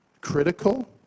critical